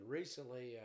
recently